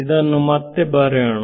ಇದನ್ನು ಮತ್ತೆ ಬರೆಯೋಣ